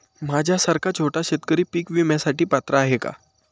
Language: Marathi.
माझ्यासारखा छोटा शेतकरी पीक विम्यासाठी पात्र आहे का?